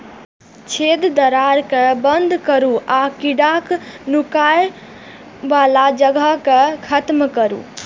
छेद, दरार कें बंद करू आ कीड़ाक नुकाय बला जगह कें खत्म करू